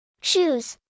Shoes